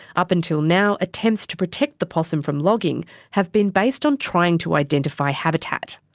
up until now, attempts to protect the possum from logging have been based on trying to identify habitat.